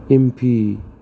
M P